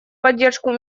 поддержку